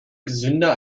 gesünder